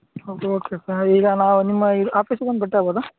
okay okay sir ಈಗ ನಾವು ನಿಮ್ಮ ಈ ಆಫೀಸಿಗೆ ಬಂದು ಭೇಟಿ ಆಗ್ಬೋದಾ